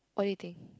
what you think